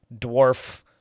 dwarf